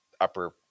upper